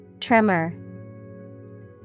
Tremor